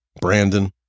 Brandon